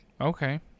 okay